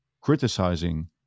criticizing